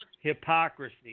hypocrisy